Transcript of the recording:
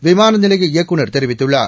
விமான நிலைய இயக்குநர் தெரிவித்துள்ளார்